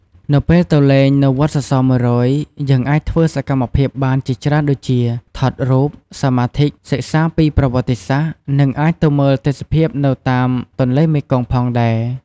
នៅពេលទៅលេងនៅវត្តសសរ ១០០ យើងអាចធ្វើសកម្មភាពបានជាច្រើនដូចជា ថតរូប សមាធិ សិក្សាពីប្រវត្តិសាស្ត្រ នឹងអាចទៅមើលទេសភាពនៅតាមទន្លេមេគង្គផងដែរ ។